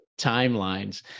timelines